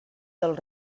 del